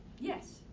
yes